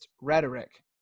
rhetoric